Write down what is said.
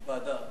ועדה.